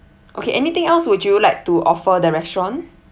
okay anything else would you like to offer the restaurant